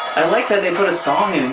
i like that they got a song in